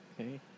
Okay